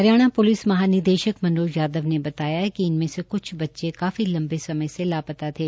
Haryana police महानिशक मनोज यादव ने बताया कि इनमें से कुछ बच्चे काफी लंबे समय से लापता थे